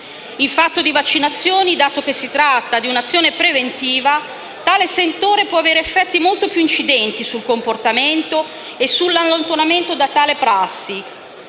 In fatto di vaccinazioni, dato che si tratta di un'azione preventiva, tale sentore può avere effetti molto più incidenti sul comportamento e sull'allontanamento da tale prassi,